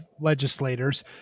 legislators